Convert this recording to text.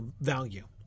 value